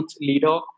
leader